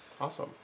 Awesome